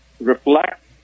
reflect